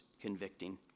convicting